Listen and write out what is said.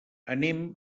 anem